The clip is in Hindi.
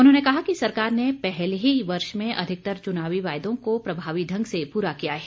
उन्होंने कहा कि सरकार ने पहले ही वर्ष में अधिकतर चुनावी वायदों को प्रभावी ढंग से पूरा किया है